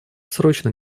срочно